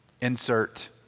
Insert